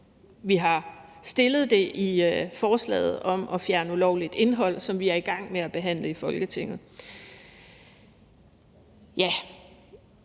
vi har stillet i forslaget om at fjerne ulovligt indhold, som vi er i gang med at behandle i Folketinget.